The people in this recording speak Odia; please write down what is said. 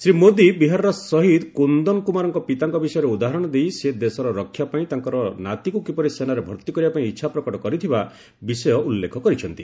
ଶ୍ରୀ ମୋଦୀ ବିହାରର ଶହୀଦ କୁନ୍ଦନ କୁମାରଙ୍କ ପିତାଙ୍କ ବିଷୟରେ ଉଦାହରଣ ଦେଇ ସେ ଦେଶର ରକ୍ଷା ପାଇଁ ତାଙ୍କର ନାତିକୁ କିପରି ସେନାରେ ଭର୍ତ୍ତି କରିବା ପାଇଁ ଇଚ୍ଛା ପ୍ରକଟ କରିଥିବା ବିଷୟ ଉଲ୍ଲେଖ କରିଛନ୍ତି